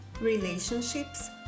relationships